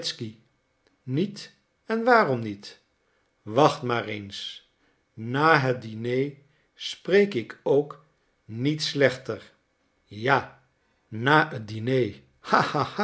niet en waarom niet wacht maar eens na het diner spreek ik ook niet slechter ja na het diner